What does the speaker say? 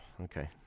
Okay